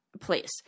please